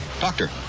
Doctor